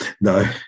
no